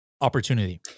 opportunity